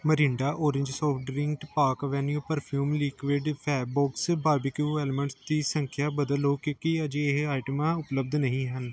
Mirinda orange soft drink Park Avenue perfume liquid ਅਤੇ Fabbox barbecue almonds ਦੀ ਸੰਖਿਆ ਬਦਲ ਲਓ ਕਿਉਂਕਿ ਅਜੇ ਇਹ ਆਈਟਮਾਂ ਉਪਲੱਬਧ ਨਹੀਂ ਹਨ